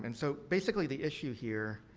and so, basically the issue here,